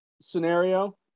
scenario